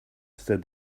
said